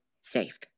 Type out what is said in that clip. safe